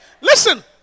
Listen